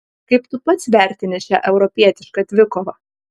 kaip tu pats vertini šią europietišką dvikovą